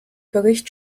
bericht